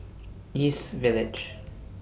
East Village